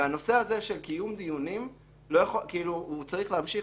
והנושא הזה של קיום דיונים צריך להמשיך